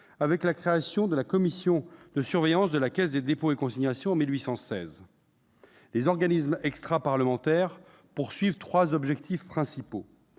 avec la création de la commission de surveillance de la Caisse des dépôts et consignations en 1816. Les organismes extraparlementaires ont trois objectifs principaux